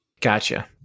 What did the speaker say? gotcha